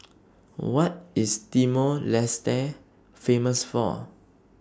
What IS Timor Leste Famous For